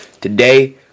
Today